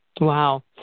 Wow